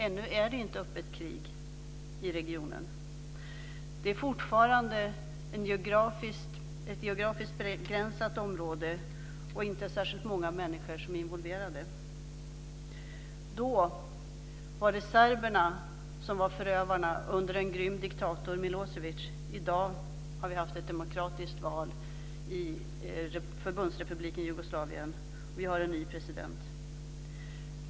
Ännu är det inte öppet krig i regionen. Det är fortfarande ett geografiskt begränsat område, och det är inte särskilt många människor involverade. Då var det serberna som var förövarna under en grym diktator, Milosevic. I dag har vi haft ett demokratiskt val i Förbundsrepubliken Jugoslavien. Vi har en ny president.